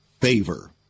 favor